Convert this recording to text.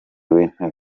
w’intebe